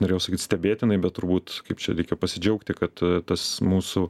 norėjau sakyt stebėtinai bet turbūt kaip čia reikia pasidžiaugti kad tas mūsų